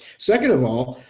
second of all,